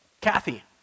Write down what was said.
Kathy